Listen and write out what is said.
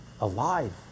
alive